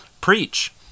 Preach